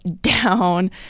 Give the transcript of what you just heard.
down